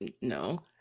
No